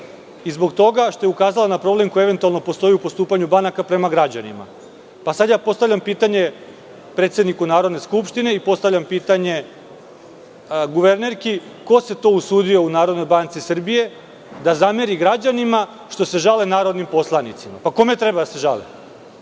i zbog toga što je ukazala na problem koji eventualno postoji u postupanju banaka prema građanima. Sada postavljam pitanje predsedniku Narodne skupštine i postavljam pitanje guvernerki ko se to usudio u Narodnoj banci Srbije da zameri građanima što se žale narodnim poslanicima? Pa, kome treba da se žale?